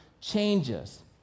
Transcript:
changes